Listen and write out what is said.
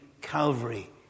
Calvary